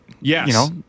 Yes